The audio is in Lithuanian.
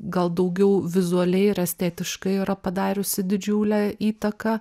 gal daugiau vizualiai ir estetiškai yra padariusi didžiulę įtaką